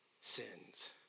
sins